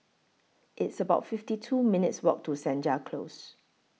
It's about fifty two minutes' Walk to Senja Close